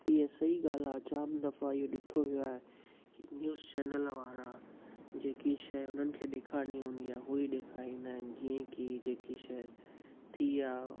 इहा सही ॻाल्हि आहे जाम दफ़ा इहो ॾिठो वियो आहे की न्यूस चैनल वारा जेकी शइ हुननि खे ॾेखारिणी हूंदी आहे उहा ई ॾेखारींदा आहिनि जीअं की जेकी शइ थी आहे